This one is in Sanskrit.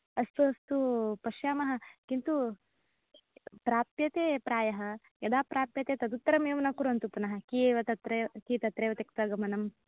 अस्तु अस्तु पश्यामः किन्तु प्राप्यते प्रायः यदा प्राप्यते तदुत्तरमेव न कुर्वन्तु पुनः की एव तत्र की तत्रैव त्यक्त्वा गमनम्